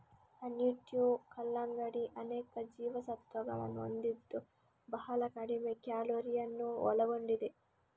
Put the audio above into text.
honeydew ಕಲ್ಲಂಗಡಿ ಅನೇಕ ಜೀವಸತ್ವಗಳನ್ನು ಹೊಂದಿದ್ದು ಬಹಳ ಕಡಿಮೆ ಕ್ಯಾಲೋರಿಯನ್ನು ಒಳಗೊಂಡಿದೆ